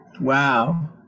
Wow